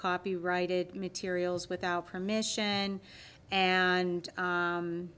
copyrighted materials without permission and